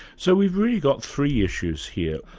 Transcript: so we've really got three issues here,